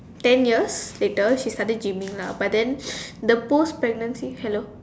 ten years later she started gyming lah but then the post pregnancy hello